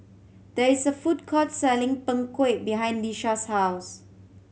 there is a food court selling Png Kueh behind Lisha's house